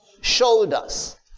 shoulders